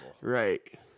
Right